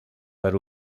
per